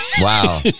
Wow